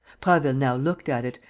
prasville now looked at it,